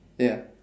ya